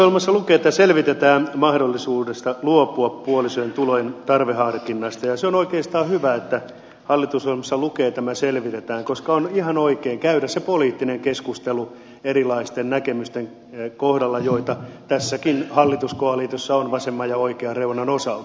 hallitusohjelmassa lukee että selvitetään mahdollisuudet luopua puolison tulojen tarveharkinnasta ja on oikeastaan hyvä että hallitusohjelmassa lukee tämä selvitetään koska on ihan oikein käydä se poliittinen keskustelu erilaisten näkemysten kohdalla joita tässäkin hallituskoalitiossa on vasemman ja oikean reunan osalta